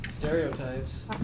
Stereotypes